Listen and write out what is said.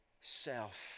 self